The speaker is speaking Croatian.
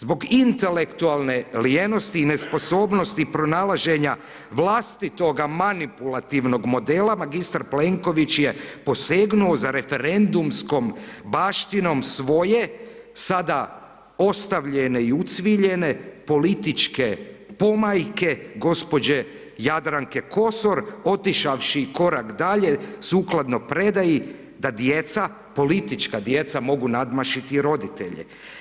Zbog intelektualne lijenosti i nesposobnosti pronalaženja vlastitoga manipulativnog modela magistra Plenković je posegnuo za referendumskom baštinom svoje sada ostavljene i ucviljene političke pomajke gospođe Jadranke Kosor, otišavši korak dalje sukladno predaji da djeca, politička djeca mogu nadmašiti roditelje.